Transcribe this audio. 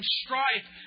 strife